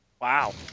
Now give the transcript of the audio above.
Wow